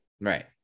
right